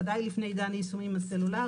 ודאי לפני עידן היישומים הסלולריים.